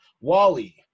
wally